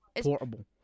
portable